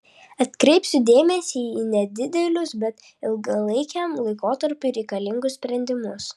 atkreipsiu dėmesį į nedidelius bet ilgalaikiam laikotarpiui reikalingus sprendimus